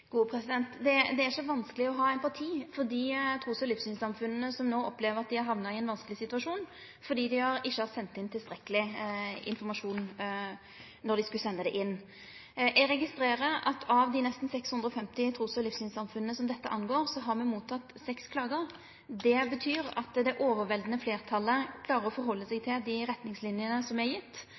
Det er ikkje vanskeleg å ha empati med dei trus- og livssynssamfunna som no opplever at dei har hamna i ein vanskeleg situasjon fordi dei ikkje har sendt inn tilstrekkeleg med informasjon då dei skulle sende det inn. Eg registrerer at av dei nesten 650 trus- og livssynssamfunna som dette gjeld, har me motteke seks klagar. Det betyr at det overveldande fleirtalet klarer å halde seg til dei retningslinjene som er gitt,